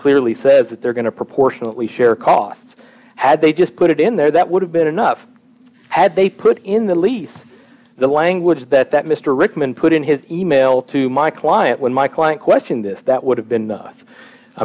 clearly says that they're going to proportionately share costs had they just put it in there that would have been enough had they put in the lease the language that that mr rickman put in his e mail to my client when my client questioned that would have been